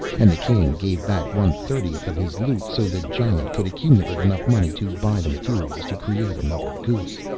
and the king gave back one-thirtieth of his loot so the giant could accumulate enough money to buy the materials to create another goose.